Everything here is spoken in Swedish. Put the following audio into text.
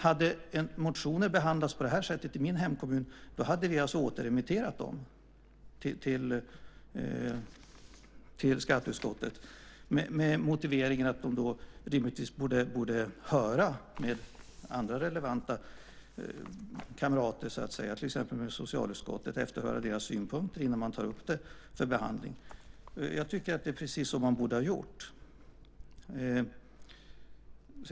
Hade motioner behandlats på det här sättet i min hemkommun hade vi återremitterat dem till skatteutskottet med motiveringen att de rimligtvis borde höra med andra relevanta kamrater så att säga, till exempel efterhöra socialutskottets synpunkter, innan man tar upp dem till behandling. Jag tycker att det är precis så man borde ha gjort.